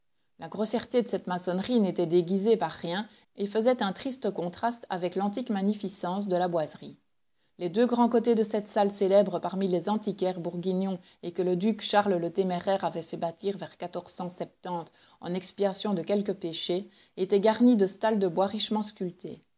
la grossièreté de cette maçonnerie n'était déguisée par rien et faisait un triste contraste avec l'antique magnificence de la boiserie les deux grands côtés de cette salle célèbre parmi les antiquaires bourguignons et que le duc charles le téméraire avait fait bâtir vers en expiation de quelque péché étaient garnis de stalles de bois richement sculptées